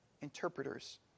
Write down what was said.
interpreters